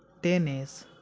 tennis